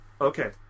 Okay